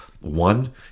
One